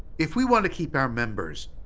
if we want to keep our members,